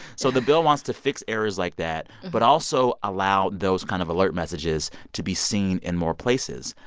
so the bill wants to fix errors like that but also allow those kind of alert messages to be seen in more places,